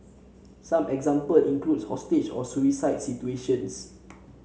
some example include hostage or suicide situations